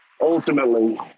ultimately